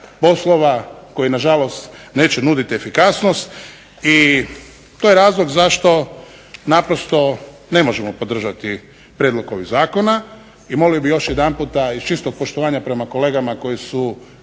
poslova koji nažalost neće nuditi efikasnost i to je razlog zašto naprosto ne možemo podržati prijedlog ovih zakona. I molio bih još jedanputa iz čistog poštovanja prema kolegama koji su